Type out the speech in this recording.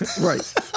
Right